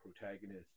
protagonist